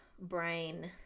brain